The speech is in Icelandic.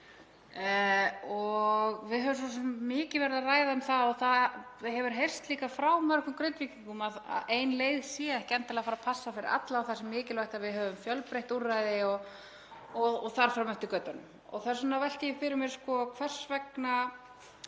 Við höfum svo sem mikið verið að ræða um það og það hefur heyrst líka frá mörgum Grindvíkingum að ein leið sé ekki endilega að fara að passa fyrir alla og mikilvægt að við höfum fjölbreytt úrræði og þar fram eftir götunum. Þess vegna velti ég fyrir mér hvers vegna